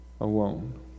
alone